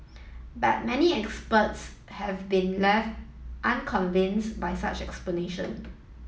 but many experts have been left unconvinced by such explanation